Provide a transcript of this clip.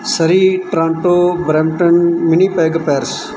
Surrey Toronto Brampton Winnipeg Paris